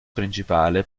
principale